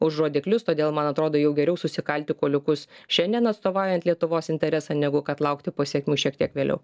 už rodiklius todėl man atrodo jau geriau susikalti kuoliukus šiandien atstovaujant lietuvos interesą negu kad laukti pasekmių šiek tiek vėliau